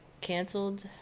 canceled